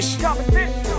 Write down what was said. competition